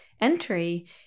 entry